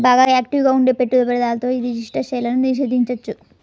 బాగా యాక్టివ్ గా ఉండే పెట్టుబడిదారులతో యీ రిజిస్టర్డ్ షేర్లను నిషేధించొచ్చు